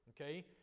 Okay